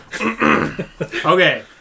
Okay